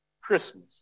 Christmas